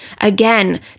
Again